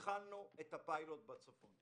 התחלנו את הפיילוט בצפון.